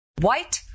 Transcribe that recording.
White